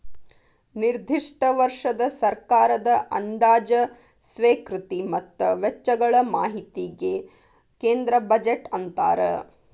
ನಿರ್ದಿಷ್ಟ ವರ್ಷದ ಸರ್ಕಾರದ ಅಂದಾಜ ಸ್ವೇಕೃತಿ ಮತ್ತ ವೆಚ್ಚಗಳ ಮಾಹಿತಿಗಿ ಕೇಂದ್ರ ಬಜೆಟ್ ಅಂತಾರ